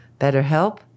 BetterHelp